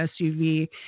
SUV